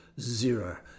zero